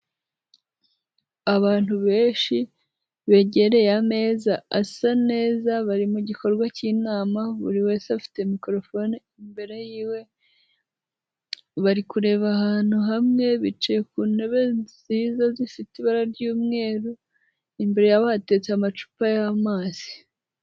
Abantu benshi begereye ameza asa neza, bari mu gikorwa cy'inama, buri wese afite mikorofone imbere yiwe, bari kureba ahantu hamwe bicaye ku ntebe nziza zifite ibara ry'umweru, imbere yabo hateretse amacupa y'amazi.